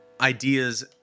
ideas